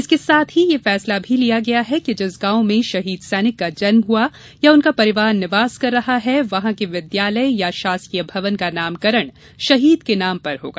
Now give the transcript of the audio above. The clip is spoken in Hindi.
इसके साथ ही ये फैसला भी लिया गया है कि जिस गाँव में शहीद सैनिक का जन्म हुआ या उनका परिवार निवास कर रहा है वहाँ के विद्यालय या शासकीय भवन का नामकरण शहीद के नाम पर होगा